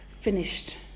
finished